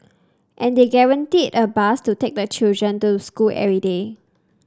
and they guaranteed a bus to take the children to school every day